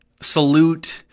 salute